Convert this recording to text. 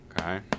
okay